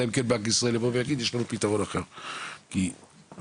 אלא אם בנק ישראל יבוא ויגיד לנו יש לנו פתרון אחר כי בעקרון